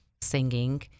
singing